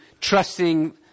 trusting